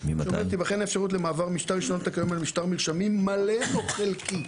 תיבחן האפשרות למעבר מרשמים מלא או חלקי,